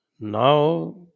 Now